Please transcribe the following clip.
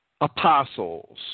apostles